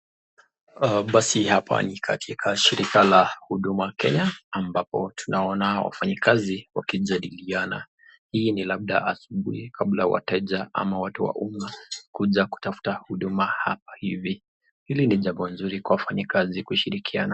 Basi hapa ni katika shirika la huduma Kenya ambapo tunaona wafanyikazi wakijadiliana, hii ni labda asubui kabla wateja au watu wa umma kuja kutafuta huduma hapa hivi, hili ni jambo mzuri wafanyikazi kushirikiana.